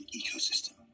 ecosystem